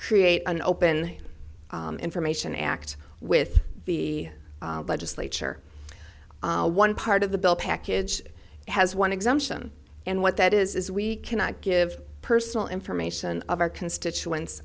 create an open information act with the legislature one part of the bill package has one exemption and what that is is we cannot give personal information of our constituents